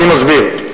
אני מסביר: